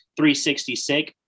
366